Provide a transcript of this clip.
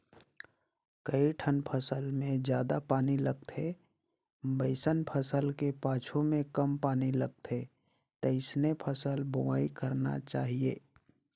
कइठन फसल मे जादा पानी लगथे वइसन फसल के पाछू में कम पानी लगथे तइसने फसल बोवाई करना चाहीये